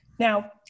Now